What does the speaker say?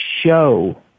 show